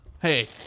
Hey